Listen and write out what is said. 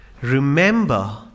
Remember